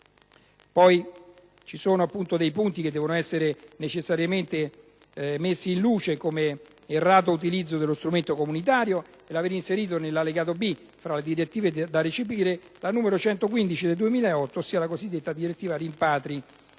"come". Altro punto che deve necessariamente essere messo in luce come errato utilizzo dello strumento comunitario è l'aver inserito nell'allegato B, fra le direttive da recepire, la n. 115 del 2008, ossia la cosiddetta direttiva rimpatri,